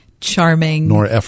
Charming